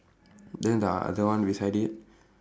then the other one beside it